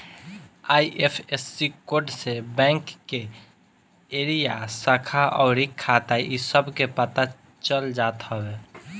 IFSC code से bank के area, शाखा अउरी खाता इ सब के पता चल जात हवे